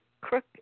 crook